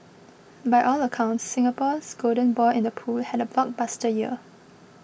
by all accounts Singapore's golden boy in the pool had a blockbuster year